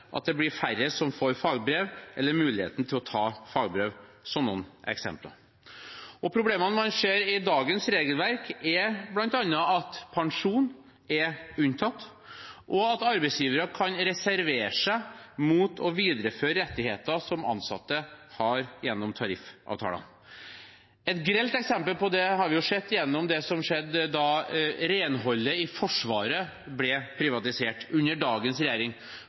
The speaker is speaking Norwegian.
at det blir færre som får fagbrev eller muligheten til å ta fagbrev – som noen eksempler. Problemene man ser med dagens regelverk, er bl.a. at pensjon er unntatt, og at arbeidsgivere kan reservere seg mot å videreføre rettigheter som ansatte har gjennom tariffavtaler. Et grelt eksempel på det har vi sett gjennom det som skjedde da renholdet i Forsvaret ble privatisert, under dagens regjering,